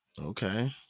Okay